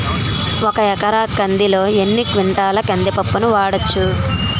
ఒక ఎకర కందిలో ఎన్ని క్వింటాల కంది పప్పును వాడచ్చు?